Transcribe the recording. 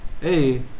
hey